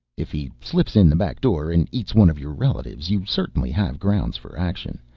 if he slips in the back door and eats one of your relatives, you certainly have grounds for action.